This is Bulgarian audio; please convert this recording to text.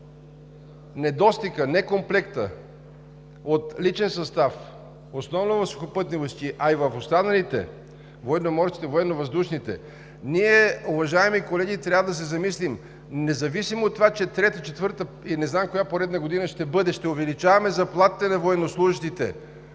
недостига, некомплекта от личен състав основно в Сухопътни войски, но и в останалите – Военноморските и Военновъздушните сили, ние, уважаеми колеги, трябва да се замислим, независимо от това че трета, четвърта и не знам коя поредна година ще бъде, ще увеличаваме заплатите на военнослужещите